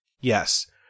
Yes